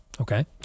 okay